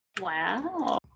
Wow